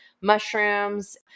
mushrooms